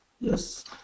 Yes